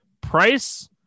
price